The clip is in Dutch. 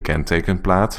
kentekenplaat